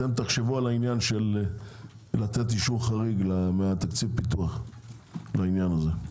אתם תחשבו על העניין של לאשר חריג מתקציב פיתוח לעניין הזה.